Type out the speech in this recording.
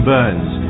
Burns